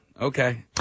Okay